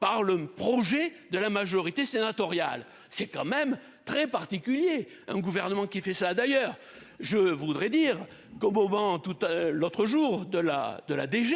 par le projet de la majorité sénatoriale, c'est quand même très particulier. Un gouvernement qui fait ça d'ailleurs je voudrais dire gobant toutes l'autre jour de la de la DG.